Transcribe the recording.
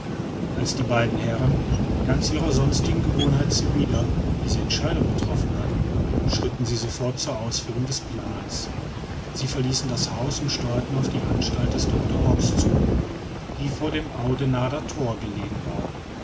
als die beiden herren ganz ihrer sonstigen gewohnheit zuwider diese entscheidung getroffen hatten schritten sie sofort zur ausführung des plans sie verließen das haus und steuerten auf die anstalt des doctor ox zu die vor dem audenarder thor gelegen war